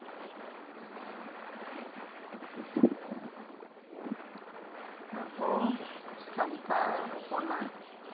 ᱟᱵᱚ ᱥᱟᱱᱛᱟᱲ ᱦᱚᱯᱚᱱᱟᱜ